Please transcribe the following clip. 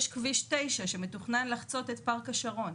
יש את כביש 9 שמתוכנן לחצות את פארק השרון.